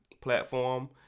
platform